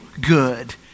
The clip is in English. good